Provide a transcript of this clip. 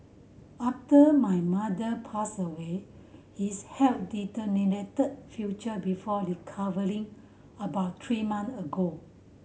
after my mother passed away his health deteriorated future before recovering about three month ago